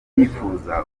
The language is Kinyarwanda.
ubyifuza